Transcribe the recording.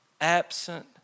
Absent